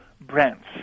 brands